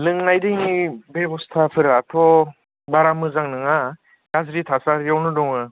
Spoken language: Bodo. लोंनाय दैनि बेबस्थाफोराथ' मोजां नङा गाज्रि थासारियावनो दङ